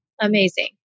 Amazing